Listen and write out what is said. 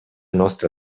nostra